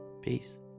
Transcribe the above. Peace